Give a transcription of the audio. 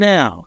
Now